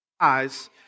eyes